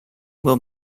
will